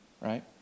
right